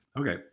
Okay